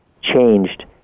changed